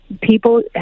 people